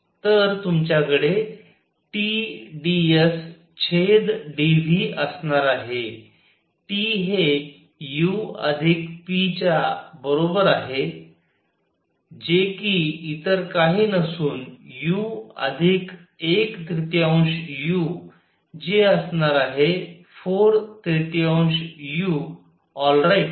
तर तुमच्याकडे T dS छेद d V असणार आहे T हे U अधिक p च्या बरोबर आहे जे कि इतर काही नसून U अधिक 1 त्रितीयांश U जे असणार आहे 4 त्रितीयांश U आलराइट